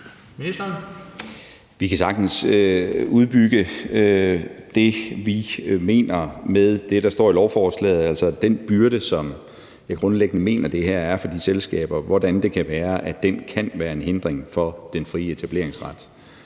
Vi kan sagtens udbygge det, vi mener med det, der står i lovforslaget – altså, hvordan det kan være, at den byrde, som jeg grundlæggende mener det her er for de selskaber, kan være en hindring for den frie etableringsret.